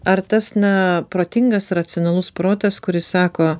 ar tas na protingas racionalus protas kuris sako